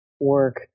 work